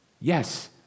Yes